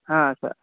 ಹಾಂ ಸರ್